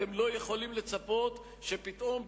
אתם לא יכולים לצפות שפתאום,